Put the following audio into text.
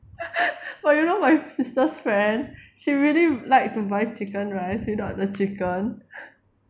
!wah! you know my sister's friend she really like to buy the chicken rice without the chicken